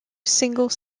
single